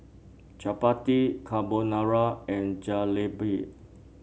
Chapati Carbonara and Jalebi